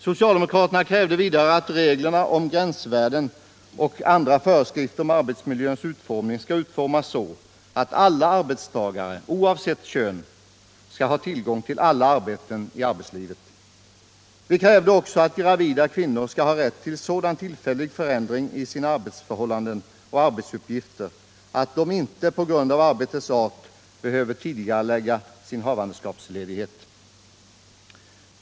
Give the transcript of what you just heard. Socialdemokraterna krävde vidare att reglerna om gränsvärden och andra föreskrifter om arbetsmiljöns utformning skall utformas så att alla arbetstagare oavsett kön skall ha tillgång till alla arbeten i arbetslivet. Vi krävde också att gravida kvinnor skall ha rätt till sådan tillfällig förändring i sina arbetsförhållanden och arbetsuppgifter att de inte på grund av arbetets art behöver tidigarelägga sin havandeskapsledighet.